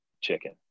chicken